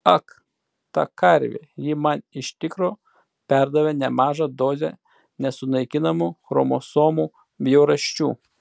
ak ta karvė ji man iš tikro perdavė nemažą dozę nesunaikinamų chromosomų bjaurasčių